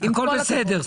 זאת אומרת, הכול בסדר?